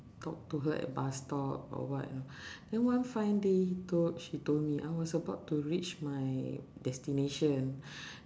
talk to her at bus stop or what you know then one fine day he told she told me I was about to reach my destination